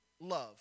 love